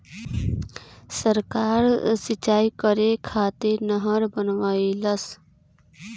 सरकार सिंचाई करे खातिर नहर बनवईलस